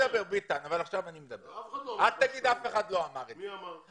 אבל אף אחד לא אמר את מה שאתה אומר.